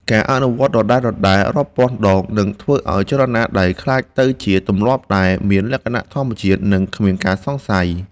ការអនុវត្តដដែលៗរាប់ពាន់ដងនឹងធ្វើឱ្យចលនាដៃក្លាយទៅជាទម្លាប់ដែលមានលក្ខណៈធម្មជាតិ និង គ្មានការសង្ស័យ។